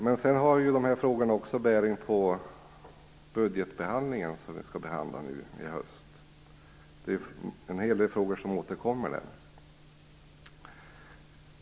Men dessa frågor har ju också bäring på höstens budgetbehandling, där en hel del frågor återkommer.